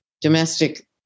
domestic